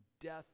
death